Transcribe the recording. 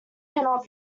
cannot